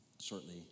shortly